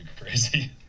crazy